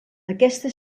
aquesta